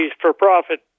for-profit